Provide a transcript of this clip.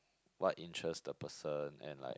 what interest the person and like